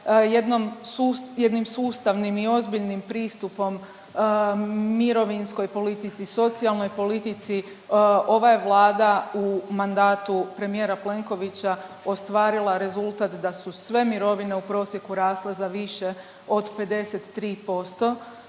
jednim sustavnim i ozbiljnim pristupom mirovinskoj politici, socijalnoj politici ova je Vlada u mandatu premijera Plenkovića ostvarila rezultat da su sve mirovine u prosjeku rasle za više od 53%,